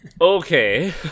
Okay